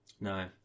No